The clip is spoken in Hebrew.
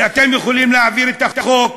אתם יכולים להעביר את החוק,